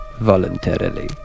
Voluntarily